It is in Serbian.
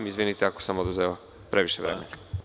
Izvinite ako sam oduzeo previše vremena.